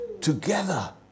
together